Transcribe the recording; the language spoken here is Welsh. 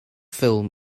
ffilm